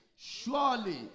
Surely